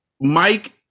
Mike